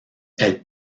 elle